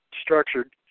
Structured